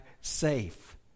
safe